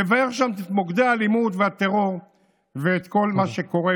לבער שם את מוקדי האלימות והטרור ואת כל מה שקורה.